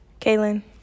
Kaylin